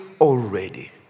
already